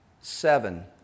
seven